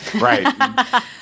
Right